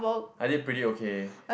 I did pretty okay